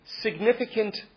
significant